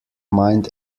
mind